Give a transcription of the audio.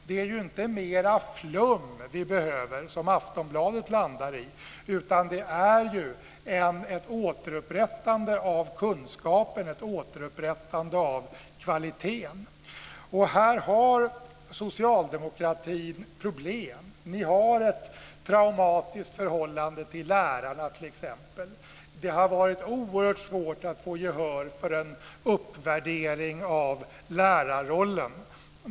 Det är ju inte mer flum vi behöver, som Aftonbladet landar i, utan ett återupprättande av kunskapen, av kvaliteten. Här har socialdemokratin problem. Ni har ett traumatiskt förhållande till t.ex. lärarna. Det har varit oerhört svårt att få gehör för en uppvärdering av lärarrollen.